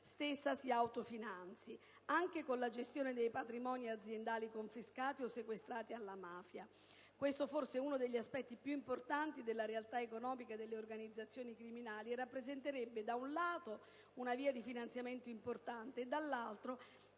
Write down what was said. stessa si autofinanzi anche con la gestione dei patrimoni aziendali confiscati o sequestrati alla mafia. Questo forse è uno degli aspetti più importanti della realtà economica delle organizzazioni criminali e rappresenterebbe, da un lato, una via di finanziamento importante, dall'altro,